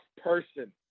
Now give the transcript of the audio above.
person